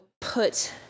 put